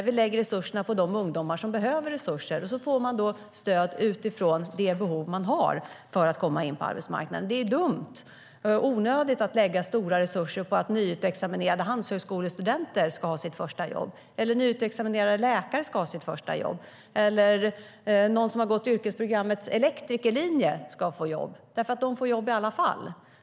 Vi lägger resurserna på de ungdomar som behöver resurser, och de får stöd utifrån de behov de har för att komma in på arbetsmarknaden. Det är dumt och onödigt att lägga stora resurser på att nyutexaminerade handelshögskolestudenter eller läkare eller någon som har gått yrkesprogrammets elektrikerlinje ska få jobb. De får jobb i alla fall.